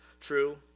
true